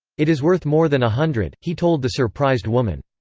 it is worth more than a hundred, he told the surprised woman.